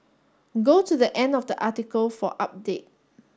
go to the end of the article for update